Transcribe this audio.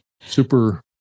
super